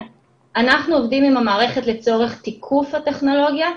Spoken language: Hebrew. אנחנו עובדים עם המערכת לצורך תיקוף הטכנולוגיה,